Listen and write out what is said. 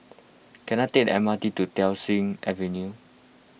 can I take the M R T to Thiam Siew Avenue